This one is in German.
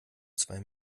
zwei